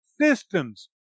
Systems